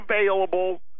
available